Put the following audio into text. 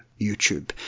YouTube